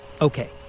Okay